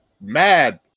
mad